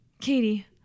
Katie